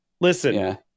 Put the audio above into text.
Listen